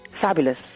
Fabulous